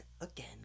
again